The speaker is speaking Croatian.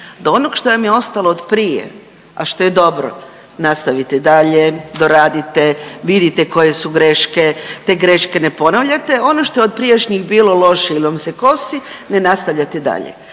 da ono što vam je ostalo od prije, a što je dobro nastavite i dalje, doradite, vidite koje su greške, te greške ne ponavljate. Ono što je od prijašnjih bilo loše ili vam se kosi ne nastavljate dalje.